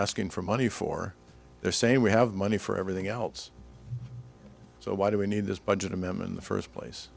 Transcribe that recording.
asking for money for they're saying we have money for everything else so why do we need this budget amendment the first place